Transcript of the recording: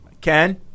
Ken